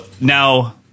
Now